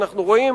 אנחנו רואים